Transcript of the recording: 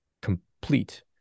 complete